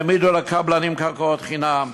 העמידו לקבלנים קרקעות חינם,